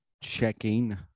checking